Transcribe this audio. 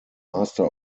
master